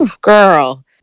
girl